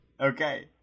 Okay